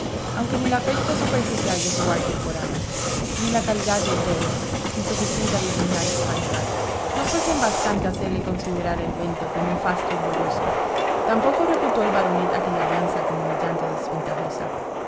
aunque ni el afecto superficial de sir walter por ana ni la calidad del yerno insuficiente a lisonjear su vanidad no fuesen bastante a hacerle considerar el evento como un fasto glorioso tampoco reputó el baronet aquella alianza como humillante o